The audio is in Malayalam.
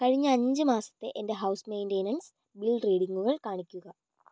കഴിഞ്ഞ അഞ്ച് മാസത്തെ എൻ്റെ ഹൗസ് മെയിൻ്റെനൻസ് ബിൽ റീഡിംഗുകൾ കാണിക്കുക